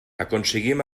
aconseguim